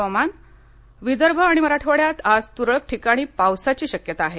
हवामान विदर्भ आणि मराठवाड्यात आज तुरळक ठिकाणी पावसाची शक्यता आहे